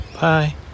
Bye